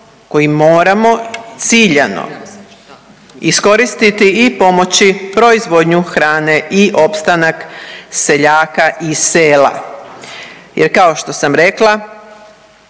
kojih moramo ciljano iskoristiti i pomoći proizvodnju hrane i opstanak seljaka i sela. Jer kao što sam rekla